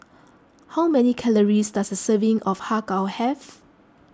how many calories does a serving of Har Kow have